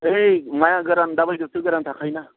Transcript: ऐ ना गोरान दाबायदियावथ' गोरान थाखायोना